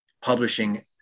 publishing